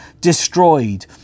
destroyed